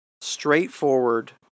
straightforward